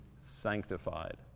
sanctified